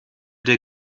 der